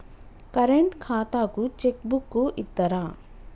Current ఖాతాకు cheque book ఇత్తరా?